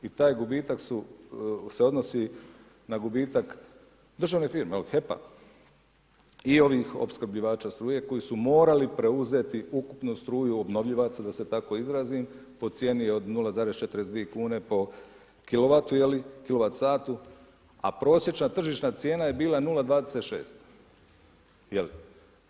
I taj gubitak se odnosi na gubitak državne firme, evo HEP-a i ovih opskrbljivača struje koji su morali preuzeti ukupnu struju „obnovljivaca“ da se tako izrazim, po cijeni od 0,42 kn po kilovatu, je li, kilovat satu, a prosječna tržišna cijena je bila 0,26.